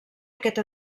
aquest